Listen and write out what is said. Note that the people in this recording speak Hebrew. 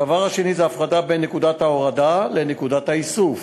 הדבר השני, הפרדה בין נקודת ההורדה לנקודת האיסוף.